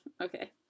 okay